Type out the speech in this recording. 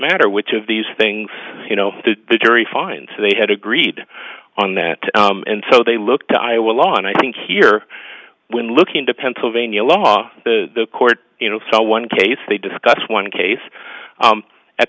matter which of these things you know the jury finds they had agreed on that and so they look to iowa law and i think here when looking to pennsylvania law the court you know so one case they discuss one case